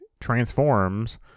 transforms